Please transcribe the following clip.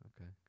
Okay